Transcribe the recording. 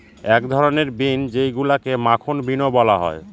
এক ধরনের বিন যেইগুলাকে মাখন বিনও বলা হয়